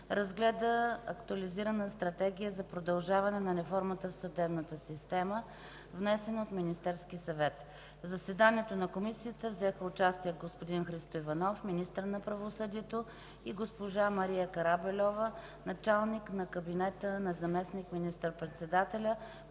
разгледа Актуализирана стратегия за продължаване на реформата в съдебната система, внесена от Министерския съвет. В заседанието на Комисията взеха участие господин Христо Иванов – министър на правосъдието, и госпожа Мария Карабельова – началник на кабинета на заместник министър-председателя